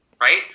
right